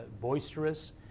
boisterous